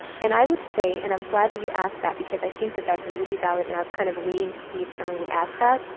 and i would say, and i'm glad that you asked that because i think that's a really valid, and i was kind of waiting to see if someone would ask that.